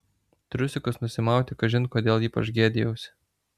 triusikus nusimauti kažin kodėl ypač gėdijausi